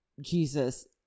Jesus